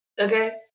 Okay